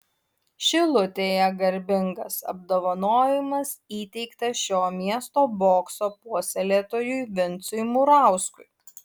šilutėje garbingas apdovanojimas įteiktas šio miesto bokso puoselėtojui vincui murauskui